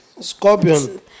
Scorpion